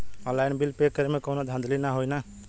Online bill pay करे में कौनो धांधली ना होई ना?